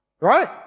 Right